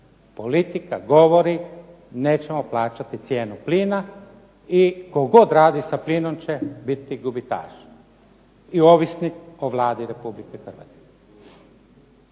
Politika govori nećemo plaćati cijenu plina i tko god radi sa plinom će biti gubitaš i ovisnik o Vladi Republike Hrvatske.